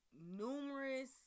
numerous